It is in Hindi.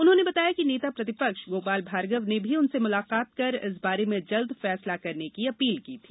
उन्होंने बताया कि नेता प्रतिपक्ष गोपाल भार्गव ने भी उनसे मुलाकात कर इस बारे में जल्द फैसला करने की अपील की थी